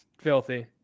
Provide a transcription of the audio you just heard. filthy